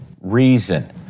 reason